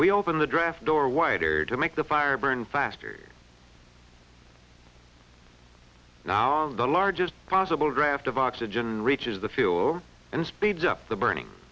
we open the draft door wider to make the fire burn faster now on the largest possible draft of oxygen reaches the fuel and speeds up the burning